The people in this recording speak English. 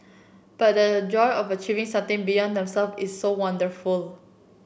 but the joy of achieving something beyond themselves is so wonderful